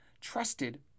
Trusted